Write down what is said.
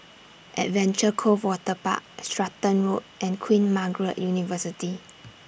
Adventure Cove Waterpark Stratton Road and Queen Margaret University